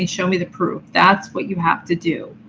show me the proof. that's what you have to do.